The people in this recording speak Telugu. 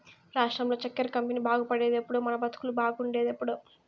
రాష్ట్రంలో చక్కెర కంపెనీ బాగుపడేదెప్పుడో మన బతుకులు బాగుండేదెప్పుడో